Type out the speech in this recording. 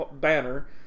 Banner